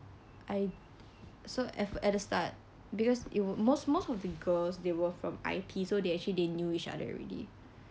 I so at fir~ at the start because it would most most of the girls they were from I_T so they actually they knew each other already